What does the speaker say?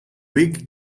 big